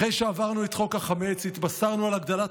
אחרי שעברנו את חוק החמץ התבשרנו על הגדלת